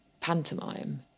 pantomime